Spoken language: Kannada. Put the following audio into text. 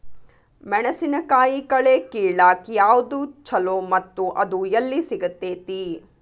ಮೆಣಸಿನಕಾಯಿ ಕಳೆ ಕಿಳಾಕ್ ಯಾವ್ದು ಛಲೋ ಮತ್ತು ಅದು ಎಲ್ಲಿ ಸಿಗತೇತಿ?